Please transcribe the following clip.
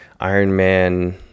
Ironman